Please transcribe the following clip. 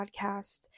podcast